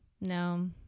No